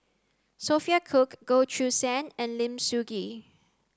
Sophia Cooke Goh Choo San and Lim Sun Gee